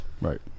Right